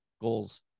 goals